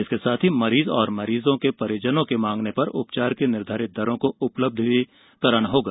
इसके साथ ही मरीज और मरीजों के परिजन को माँगने पर उपचार की निर्धारित दरों को उपलब्ध कराना होगा